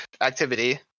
activity